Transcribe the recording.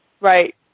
Right